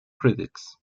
critics